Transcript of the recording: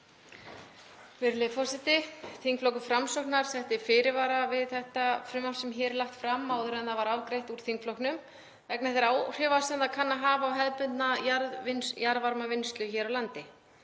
Virðulegur forseti. Þingflokkur Framsóknar setti fyrirvara við þetta frumvarp sem hér er lagt fram áður en það var afgreitt úr þingflokknum vegna þeirra áhrifa sem það kann að hafa á hefðbundna jarðvarmavinnslu hér á landi.